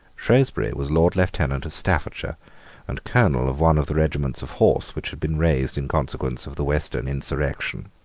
shrewsbury was lord lieutenant of staffordshire and colonel of one of the regiments of horse which had been raised in consequence of the western insurrection.